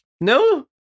no